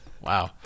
Wow